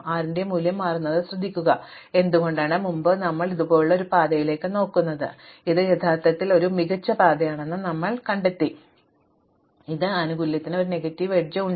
6 ന്റെ മൂല്യം മാറുന്നത് ശ്രദ്ധിക്കുക എന്തുകൊണ്ടാണ് മുമ്പ് നമ്മൾ ഇതുപോലുള്ള ഒരു പാതയിലേക്ക് നോക്കുന്നത് ഇപ്പോൾ ഇത് യഥാർത്ഥത്തിൽ ഇതുപോലുള്ള ഒരു മികച്ച പാതയാണെന്ന് ഞങ്ങൾ കണ്ടെത്തി ഇത് ആനുകൂല്യത്തിന് ഒരു നെഗറ്റീവ് എഡ്ജ് ഉണ്ട്